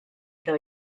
iddo